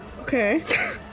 okay